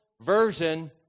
version